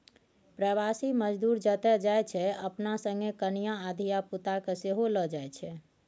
प्रबासी मजदूर जतय जाइ छै अपना संगे कनियाँ आ धिया पुता केँ सेहो लए जाइ छै